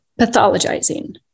pathologizing